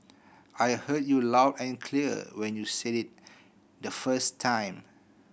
I heard you loud and clear when you said it the first time